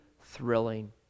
thrilling